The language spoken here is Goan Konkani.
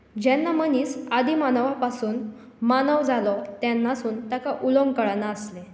जेन्ना मनीस आदिमानवा पासून मानव जालो तेन्ना ताका उलोवंक कळनासलें